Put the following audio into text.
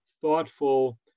thoughtful